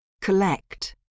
Collect